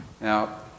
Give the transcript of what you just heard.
Now